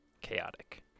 chaotic